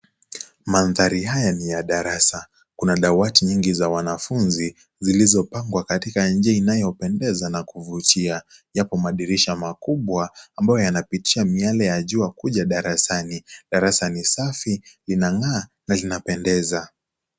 Mandhari haya ni ya darasa. Kuna dawati nyingi za wanafunzi zilizopangwa katika nje inayopendeza na kuvutia japo madirisha makubwa ambayo yanapitisha miale ya jua kuja kuja darasani, darasa ni safi linangaa na lina pendeza.